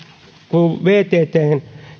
kun vttn